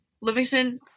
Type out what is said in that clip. Livingston